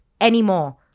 anymore